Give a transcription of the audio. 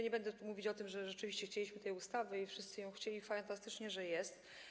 Nie będę tu mówić o tym, że rzeczywiście chcieliśmy tej ustawy, bo wszyscy jej chcieli, fantastycznie, że jest.